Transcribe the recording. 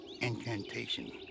incantation